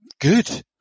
good